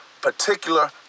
particular